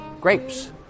grapes